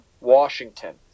Washington